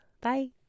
bye